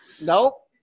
Nope